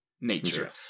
nature